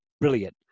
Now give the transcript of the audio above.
Brilliant